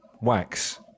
wax